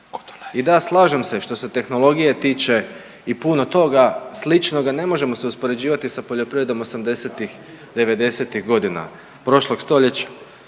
i da slažem se, što se tehnologije tiče i puno toga sličnoga, ne možemo se uspoređivati sa poljoprivredom 80-ih, 90-ih godina prošlog stoljeća,